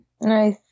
Nice